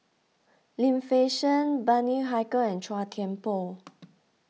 Lim Fei Shen Bani Haykal and Chua Thian Poh